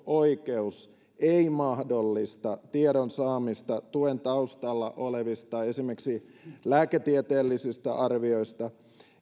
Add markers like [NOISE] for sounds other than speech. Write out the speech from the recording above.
[UNINTELLIGIBLE] oikeus ei mahdollista tiedon saamista tuen taustalla olevista esimerkiksi lääketieteellisistä arvioista